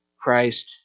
Christ